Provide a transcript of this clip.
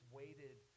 waited